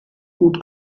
gut